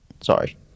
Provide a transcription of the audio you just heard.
sorry